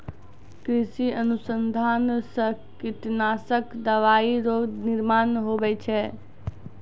कृषि अनुसंधान से कीटनाशक दवाइ रो निर्माण हुवै छै